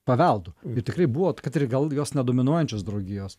paveldu ir tikrai buvot kad ir gal jos nedominuojančios draugijos